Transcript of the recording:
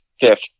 fifth